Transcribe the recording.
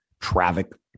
traffic